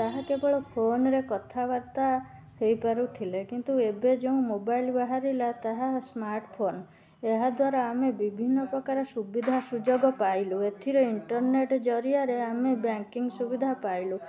ତାହା କେବଳ ଫୋନ ରେ କଥାବାର୍ତ୍ତା ହେଇପାରୁ ଥିଲେ କିନ୍ତୁ ଏବେ ଯେଉଁ ମୋବାଇଲ ବାହାରିଲା ତାହା ସ୍ମାର୍ଟଫୋନ୍ ଏହା ଦ୍ଵାରା ଆମେ ବିଭିନ୍ନ ପ୍ରକାର ସୁବିଧା ସୁଯୋଗ ପାଇଲୁ ଏଥିରେ ଇଣ୍ଟରନେଟ୍ ଜରିଆରେ ଆମେ ବ୍ୟାଙ୍କିଙ୍ଗ ସୁବିଧା ପାଇଲୁ